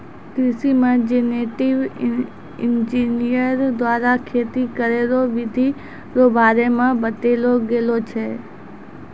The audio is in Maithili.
कृषि मे जेनेटिक इंजीनियर द्वारा खेती करै रो बिधि रो बारे मे बतैलो गेलो छै